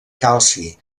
calci